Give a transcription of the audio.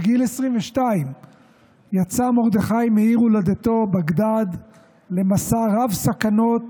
בגיל 22 יצא מרדכי מעיר הולדתו בגדד למסע רב סכנות